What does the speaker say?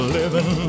living